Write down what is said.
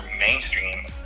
mainstream